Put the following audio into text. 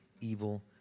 evil